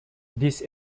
these